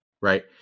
right